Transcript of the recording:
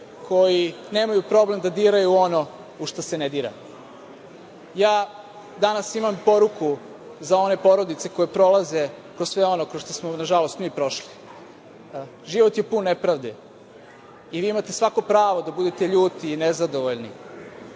koji nemaju problem da diraju ono u šta se ne dira. Danas imam poruku za one porodice koje prolaze kroz sve ono kroz šta smo, nažalost, mi prošli. Život je pun nepravde i vi imate svako pravo da budete ljudi i nezadovoljni. Nije